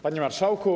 Panie Marszałku!